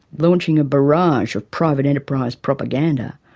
launching a barrage of private enterprise propaganda,